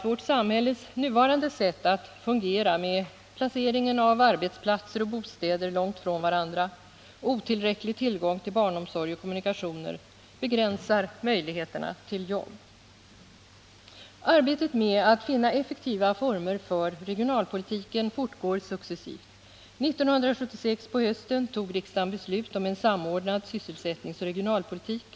Vårt samhälles nuvarande utformning med en placering av arbetsplatser och bostäder långt ifrån varandra och otillräcklig tillgång till barnomsorg och kommunikationer begränsar också människornas möjligheter att jobba. Arbetet med att finna effektiva former för regionalpolitiken fortgår successivt. På hösten 1976 fattade riksdagen beslut om en samordnad sysselsättningsoch regionalpolitik.